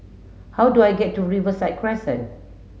how do I get to Riverside Crescent